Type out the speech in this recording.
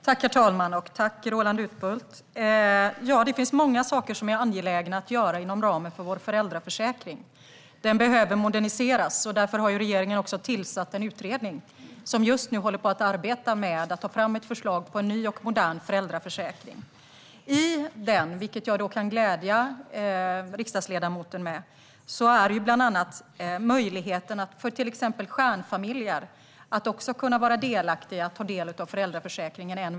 Herr talman! Tack, Roland Utbult! Det finns många saker som är angelägna att göra inom ramen för vår föräldraförsäkring. Den behöver moderniseras. Därför har regeringen tillsatt en utredning som just nu håller på att arbeta med att ta fram ett förslag på en ny och modern föräldraförsäkring. Jag kan glädja riksdagsledamoten med att en viktig fråga i utredningen bland annat är möjligheten för till exempel stjärnfamiljer att vara delaktiga i och ta del av föräldraförsäkringen.